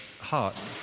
heart